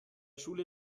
schule